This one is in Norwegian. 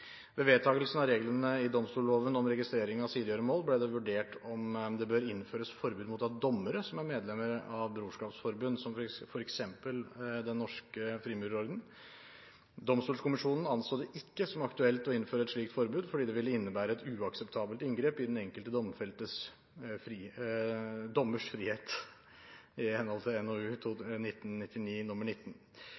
Ved vedtakelsen av reglene i domstolloven om registrering av sidegjøremål ble det vurdert om det burde innføres forbud for dommere mot å være medlemmer av brorskapsforbund som f.eks. Den Norske Frimurerorden. Domstolkommisjonen anså det ikke som aktuelt å innføre et slikt forbud, fordi det ville innebære et uakseptabelt inngrep i den enkelte dommers frihet, i henhold til NOU